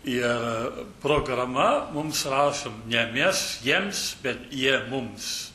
ir programa mums rašo ne mes jiems bet jie mums